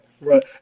Right